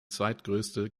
zweitgrößte